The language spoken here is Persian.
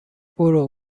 برو